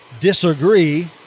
disagree